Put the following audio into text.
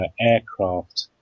aircraft